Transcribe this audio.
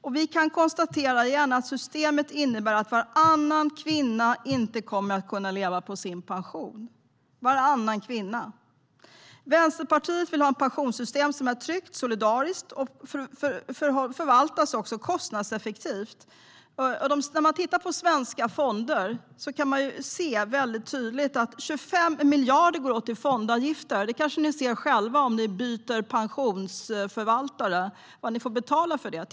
Vi kan igen konstatera att systemet innebär att varannan kvinna inte kommer att kunna leva på sin pension. Vänsterpartiet vill ha ett pensionssystem som är tryggt och solidariskt och som förvaltas kostnadseffektivt. När man tittar på svenska fonder kan man tydligt se att 25 miljarder går åt till fondavgifter. Ni kanske ser själva vad ni får betala om ni byter pensionsförvaltare.